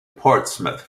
portsmouth